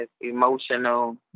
emotional